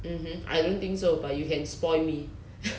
and then I don't think so but you can spoil me